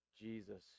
Jesus